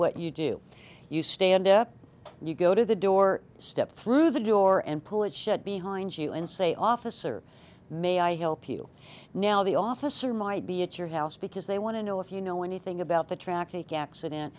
what you do you stand up and you go to the door step through the door and pull it shut behind you and say officer may i help you now the officer might be it your house because they want to know if you know anything about the track accident